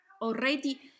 already